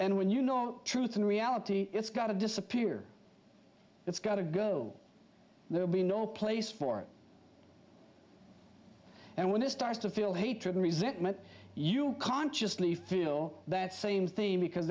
and when you know truth and reality it's got to disappear it's got to go there will be no place for it and when it starts to feel hatred resentment you'll consciously feel that same thing because